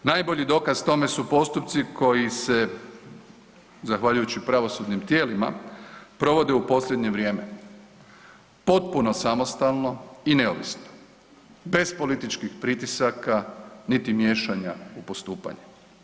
Najbolji dokaz tome su postupci koji se zahvaljujući pravosudnim tijelima provode u posljednje vrijeme potpuno samostalno i neovisno bez političkih pritisaka niti miješanja u postupanje.